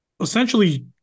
essentially